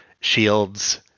shields